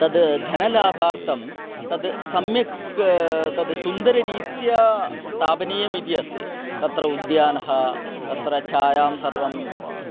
तद् धनलाभार्थं तद् सम्यक् तद् सुन्दररीत्या स्थापनीयम् इति अस्ति तत्र उद्यानः तत्र छायां सर्वम्